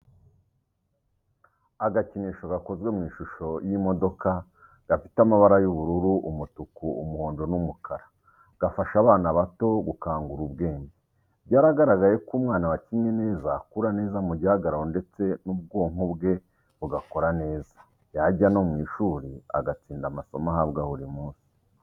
Agakinisho gakozwe mu ishusho y'imodoka gafite amabari y'ubururu, umutuku, umuhondo n'umukara gafasha abana bato gukangura ubwenge. Byaragaragaye ko umwana wakinnye neza akura neza mu gihagararo ndetse n'ubwonko bwe bugakora neza, yajya no mu ishuri agatsinda amasomo ahabwa buri munsi.